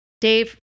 Dave